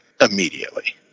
immediately